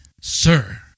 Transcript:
Sir